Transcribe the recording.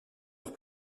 leur